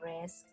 risk